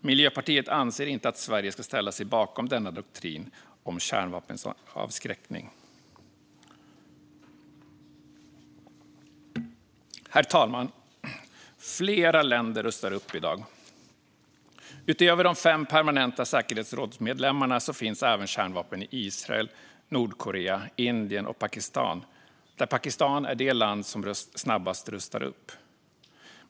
Miljöpartiet anser inte att Sverige ska ställa sig bakom denna doktrin om kärnvapenavskräckning. Herr talman! Flera länder rustar upp i dag. Utöver de fem permanenta säkerhetsrådsmedlemmarna finns kärnvapen även i Israel, Nordkorea, Indien och Pakistan - där Pakistan är det land som snabbast rustar upp.